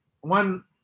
one